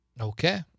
Okay